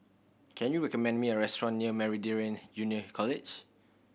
can you recommend me a restaurant near Meridian Junior College